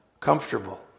comfortable